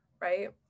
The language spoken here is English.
right